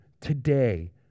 today